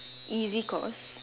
easy course